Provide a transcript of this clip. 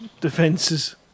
defences